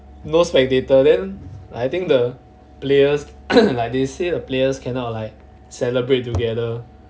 no spectator then I think the players like they say the players cannot like celebrate together